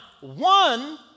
one